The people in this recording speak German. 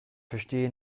verstehe